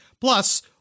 Plus